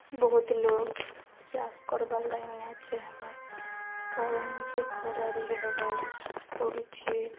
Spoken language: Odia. ବହୁତ୍ ଲୋକ୍ ଚାଷ୍ କର୍ବାର୍ ଲାଗି ନାଇଁ ଚାହେଁବାର୍ କାରଣ୍ ହଉଚେ ଖରାରେ ରହେବାର୍ ପଡ଼ୁଛେ